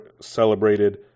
celebrated